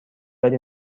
بدی